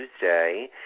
Tuesday